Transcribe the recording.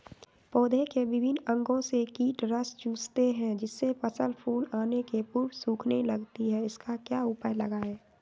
पौधे के विभिन्न अंगों से कीट रस चूसते हैं जिससे फसल फूल आने के पूर्व सूखने लगती है इसका क्या उपाय लगाएं?